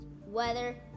weather